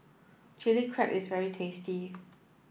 chili crab is very tasty